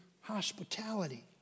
hospitality